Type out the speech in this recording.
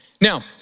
Now